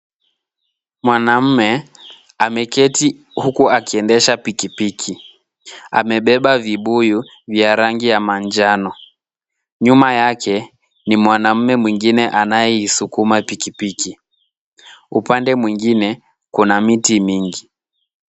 Mwanamume ameketi huku akiendesha pikipiki. Amebeba vibuyu vya rangi ya manjano. Nyuma yake ni mwanamume mwingine anayeisukuma pikipiki. Upande mwingine kuna miti mingi.